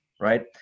right